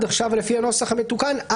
לפי הנוסח המתוקן עכשיו,